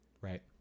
Right